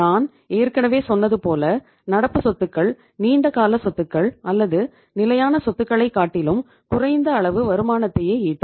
நான் ஏற்கனவே சொன்னது போல நடப்பு சொத்துக்கள் நீண்டகால சொத்துக்கள் அல்லது நிலையான சொத்துக்களை காட்டிலும் குறைந்த அளவு வருமானத்தையே ஈட்டும்